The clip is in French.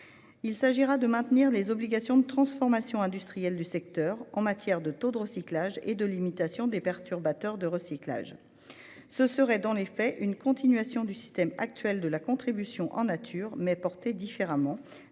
Il s'agira de maintenir les obligations de transformation industrielle du secteur en matière de taux de recyclage et de limitation des perturbateurs du recyclage. Ce serait dans les faits une continuation du système actuel de la contribution en nature, mais portée différemment,